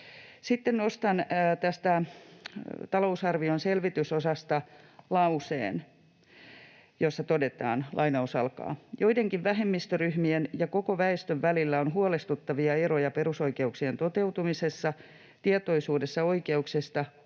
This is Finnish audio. Sitten nostan tästä talousarvion selvitysosasta lauseen, jossa todetaan: ”Joidenkin vähemmistöryhmien ja koko väestön välillä on huolestuttavia eroja perusoikeuksien toteutumisessa, tietoisuudessa oikeuksista,